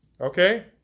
okay